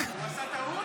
מותר לעשות טעות.